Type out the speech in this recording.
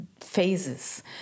phases